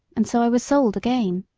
and so i was sold again.